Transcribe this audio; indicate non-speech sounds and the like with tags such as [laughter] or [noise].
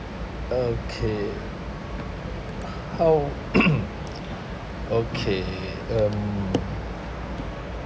okay how [coughs] okay um